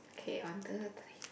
okay one two three